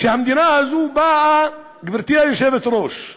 כשהמדינה הזאת באה, גברתי היושבת-ראש,